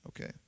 Okay